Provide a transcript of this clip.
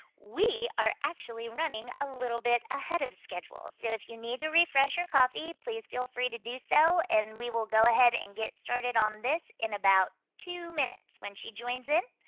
we are actually running a little bit ahead of schedule. so if you need to refresh your coffee, please feel free to do so and we will go ahead and get started on this in about two minutes when she joins in.